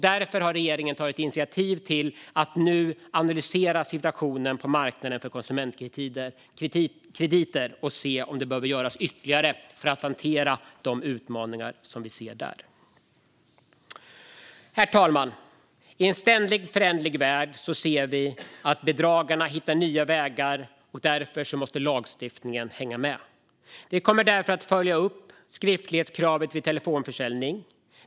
Därför har regeringen tagit initiativ till att nu analysera situationen på marknaden för konsumentkrediter och se om det behöver göras ytterligare för att hantera de utmaningar som finns där. Herr talman! I en ständigt föränderlig värld ser vi att bedragarna hittar nya vägar, och därför måste lagstiftningen hänga med. Vi kommer därför att följa upp skriftlighetskravet vid telefonförsäljning.